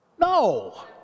No